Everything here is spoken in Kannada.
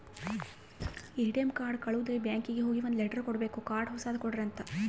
ಎ.ಟಿ.ಎಮ್ ಕಾರ್ಡ್ ಕಳುದ್ರೆ ಬ್ಯಾಂಕಿಗೆ ಹೋಗಿ ಒಂದ್ ಲೆಟರ್ ಕೊಡ್ಬೇಕು ಕಾರ್ಡ್ ಹೊಸದ ಕೊಡ್ರಿ ಅಂತ